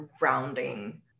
rounding